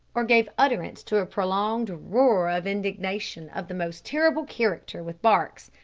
or gave utterance to a prolonged roar of indignation of the most terrible character with barks,